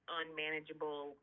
unmanageable